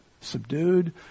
subdued